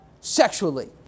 sexually